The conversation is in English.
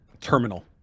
terminal